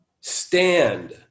Stand